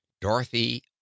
dorothy